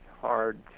hard